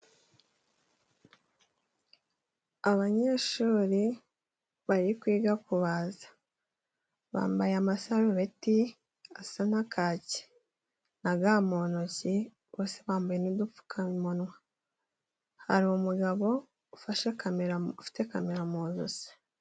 Abanyeshuri bari kwiga kubaza bambaye amasarubeti asa na kake na ga mu ntoki. Bose bambaye udupfukamunwa. Hari umugabo ufashe kamera ufite kamera mu josi.